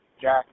Jack